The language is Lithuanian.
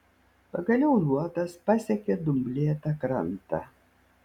pagaliau luotas pasiekė dumblėtą krantą